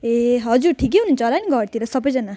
ए हजुर ठिकै हुनुहुन्छ होला नि घरतिर सबैजना